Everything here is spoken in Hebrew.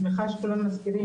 אני שמחה שהם נורמטיביים,